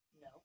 no